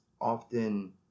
often